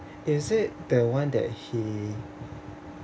is it the one that he